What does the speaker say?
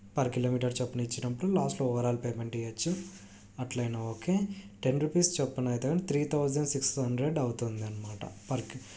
per kilometre చొప్పున ఇచ్చినప్పుడు లాస్ట్లో ఓవరాల్ పేమెంట్ ఇయ్యెచ్చు అట్లయినా ఓకే టెన్ రుపీస్ చొప్పున అయితే కనుక త్రీ థౌజండ్ సిక్స్ హండ్రెడ్ అవుతుంది అన్నమాట పర్ కి